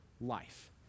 life